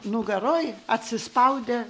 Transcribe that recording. nugaroj atsispaudę